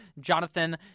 Jonathan